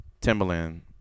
Timberland